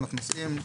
קרונות נוסעים,